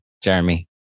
Jeremy